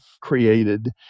created